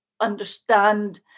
understand